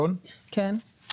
זה